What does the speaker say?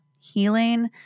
healing